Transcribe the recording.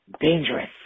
dangerous